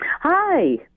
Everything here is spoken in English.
Hi